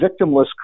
victimless